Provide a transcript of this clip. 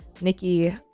nikki